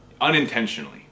unintentionally